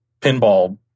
pinball